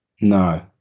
No